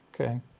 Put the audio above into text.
Okay